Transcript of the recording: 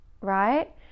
right